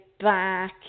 back